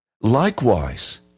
Likewise